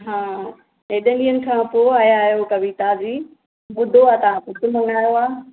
हा हेॾे ॾीहंनि खां पोइ आया आहियो कविता जी ॿुधो आहे तव्हां पुटु मङायो आहे